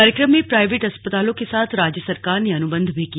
कार्यक्रम में प्राईवेट अस्पतालों के साथ राज्य सरकार ने अनुबंध भी किया